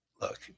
look